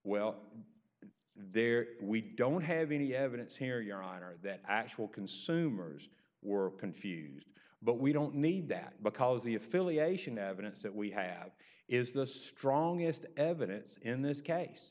well there we don't have any evidence here your honor that actual consumers were confused but we don't need that because the affiliation evidence that we have is the strongest evidence in this case